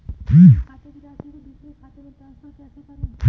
अपने खाते की राशि को दूसरे के खाते में ट्रांसफर कैसे करूँ?